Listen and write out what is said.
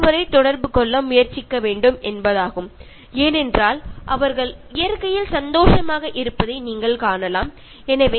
കാരണം നിങ്ങൾ നോക്കിയാൽ മനസ്സിലാകും ഈ ജീവികൾ എല്ലാം വളരെ സന്തോഷ പൂർണമായാണ് ഇരിക്കുന്നത്